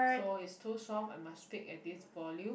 so is too soft I must speak at this volume